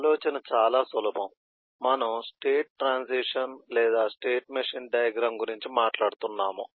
ఆలోచన చాలా సులభం మనము స్టేట్ ట్రాన్సిషన్ లేదా స్టేట్ మెషిన్ డయాగ్రమ్ గురించి మాట్లాడుతున్నాము